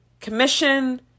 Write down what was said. Commission